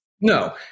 No